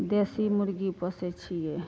देशी मुर्गी पोसै छियै